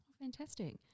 Fantastic